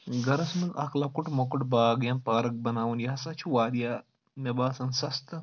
گرَس منٛز اَکھ لۄکُٹ مۄکُٹ باغ یا پارک بَناوُن یہِ ہسا چھُ واریاہ مےٚ باسان سَستہٕ